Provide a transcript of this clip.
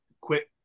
quit